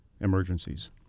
emergencies